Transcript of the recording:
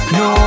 no